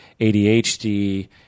ADHD